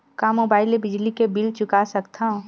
का मुबाइल ले बिजली के बिल चुका सकथव?